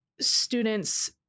students